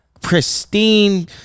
pristine